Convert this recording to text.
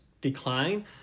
decline